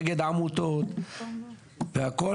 אני נגד עמותות והכל,